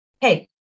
hey